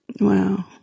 Wow